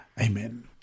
Amen